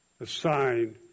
assigned